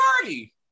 party